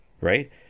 right